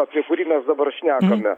apie kurį mes dabar šnekame